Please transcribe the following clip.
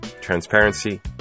transparency